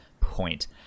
point